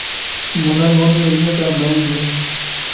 मोला लोन मिलही का बैंक ले?